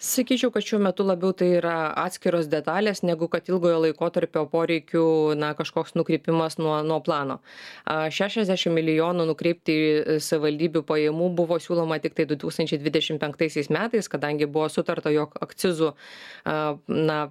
sakyčiau kad šiuo metu labiau tai yra atskiros detalės negu kad ilgojo laikotarpio poreikių na kažkoks nukrypimas nuo nuo plano a šešiasdešim milijonų nukreipti savivaldybių pajamų buvo siūloma tiktai du tūkstančiai dvidešim penktaisiais metais kadangi buvo sutarta jog akcizų a na